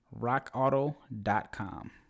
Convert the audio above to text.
rockauto.com